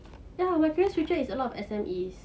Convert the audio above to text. ya my career futures is a lot of S_M_E